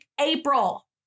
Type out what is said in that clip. april